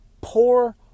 poor